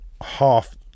half